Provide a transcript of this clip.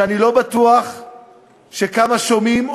ואני לא בטוח כמה שומעים,